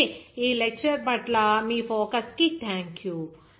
కాబట్టి ఈ లెక్చర్ పట్ల మీ ఫోకస్ కి థాంక్యూ